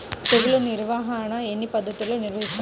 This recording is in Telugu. తెగులు నిర్వాహణ ఎన్ని పద్ధతుల్లో నిర్వహిస్తారు?